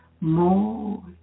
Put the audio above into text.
more